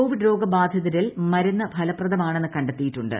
Covid രോഗബാധിതരിൽ മരുന്ന് ഫലപ്രദമാണെന്ന് കണ്ടെത്തിയിട്ടുണ്ട്